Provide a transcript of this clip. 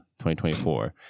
2024